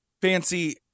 fancy